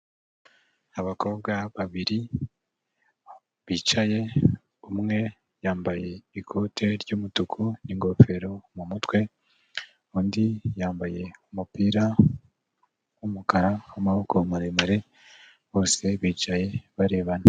Abakobwa babiri bicaye, umwe yambaye ikote ry'umutuku ingofero mu mutwe, undi yambaye umupira w'umukara w'amaboko maremare, bose bicaye barebana.